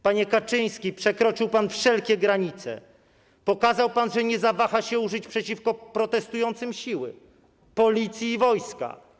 Panie Kaczyński, przekroczył pan wszelkie granice, pokazał pan, że nie zawaha się użyć przeciwko protestującym siły, Policji i wojska.